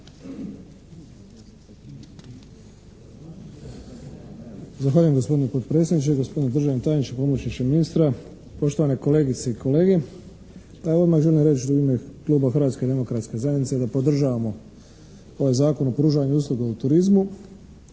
Zahvaljujem gospodine potpredsjedniče i gospodine državni tajniče, pomoćniče ministra, poštovana kolegice i kolege! Pa evo odmah želim reći u ime kluba Hrvatske demokratske zajednice da podržavamo ovaj Zakon o pružanju usluga u turizmu